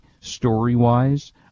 story-wise